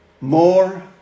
more